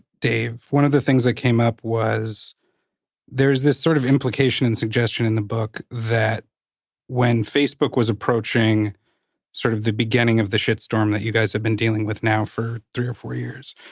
dave, one of the things that came up was there is this sort of implication and suggestion in the book that when facebook was approaching sort of the beginning of the shit storm that you guys have been dealing with now for three or four years,